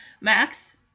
Max